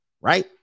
Right